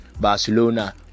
barcelona